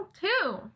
Two